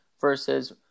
versus